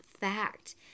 fact